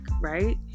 right